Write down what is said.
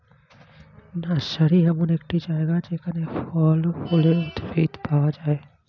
nursery এমন একটি জায়গা যেখানে ফল ও ফুলের উদ্ভিদ পাওয়া যায়